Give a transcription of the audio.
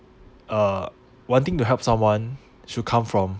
uh wanting to help someone should come from